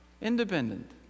independent